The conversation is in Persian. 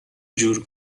جور